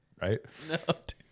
Right